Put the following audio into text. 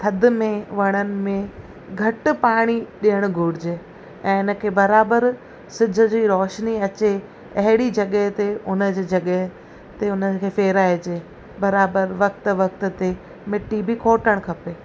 थदि में वणन में घटि पाणी ॾेअण घुरिजे ऐं इनखे बराबरि सिॼ जी रोशनी अचे अहिड़ी जॻह ते उन जे जॻह ते उनखे फेराइजे बराबरि वक्त वक्त ते मिट्टी बि खोटणु खपे